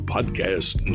Podcast